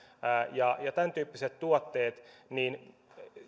ja tämäntyyppiset tuotteet mutta